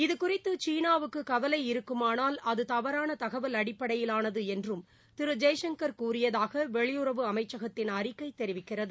இது குறித்து சீனாவுக்கு கவலை இருக்குமானால் அது தவறான தகவல் அடிப்படையிலானது என்றும் திரு ஜெய்சங்கர் கூறியதாக வெளியுறவு அமைச்சகத்தின் அறிக்கை தெரிவிக்கிறது